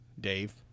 Dave